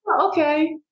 Okay